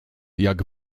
jak